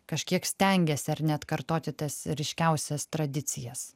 kažkiek stengiasi ar ne atkartoti tas ryškiausias tradicijas